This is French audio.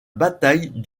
bataille